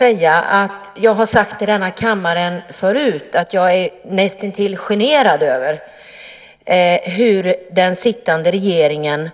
Jag har tidigare sagt i denna kammare att jag är näst intill generad över hur den sittande regeringen